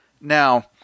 Now